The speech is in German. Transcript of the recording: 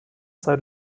seit